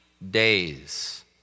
Days